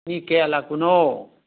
ꯃꯤ ꯀꯌꯥ ꯂꯥꯛꯄꯅꯣ